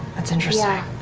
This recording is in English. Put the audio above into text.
that's interesting.